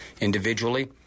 individually